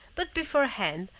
but beforehand,